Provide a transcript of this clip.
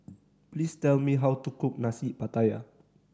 please tell me how to cook Nasi Pattaya